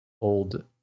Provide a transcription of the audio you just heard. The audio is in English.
old